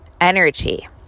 energy